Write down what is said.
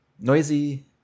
Noisy